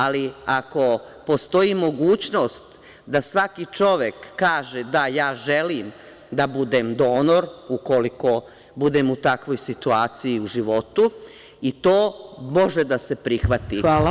Ako postoji mogućnost da svaki čovek kaže – da, ja želim da budem donor, ukoliko budem u takvoj situaciji u životu, i to može da se prihvati.